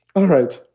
all right.